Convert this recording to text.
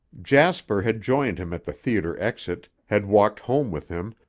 jasper had joined him at the theater exit, had walked home with him,